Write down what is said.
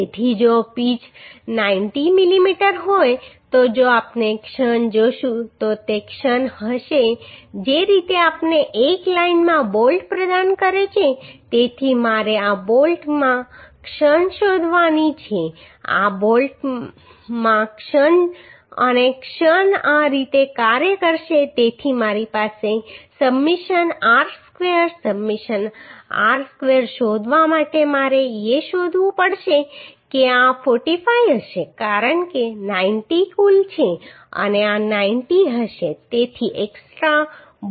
તેથી જો પિચ 90 મીમી હોય તો જો આપણે ક્ષણ જોશું તો તે ક્ષણ હશે જે રીતે આપણે એક લાઇનમાં બોલ્ટ પ્રદાન કર્યો છે તેથી મારે આ બોલ્ટમાં ક્ષણ શોધવાની છે આ બોલ્ટમાં અને ક્ષણ આ રીતે કાર્ય કરશે તેથી મારી પાસે છે summation r square summation r square શોધવા માટે મારે એ શોધવું પડશે કે આ 45 હશે કારણ કે 90 કુલ છે અને આ 90 હશે તેથી એક્સ્ટ્રા બોલ્ટ ડિસ્ટન્સ 135 હશે